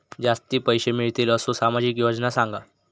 जास्ती पैशे मिळतील असो सामाजिक योजना सांगा?